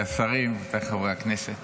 השרים, רבותיי חברי הכנסת,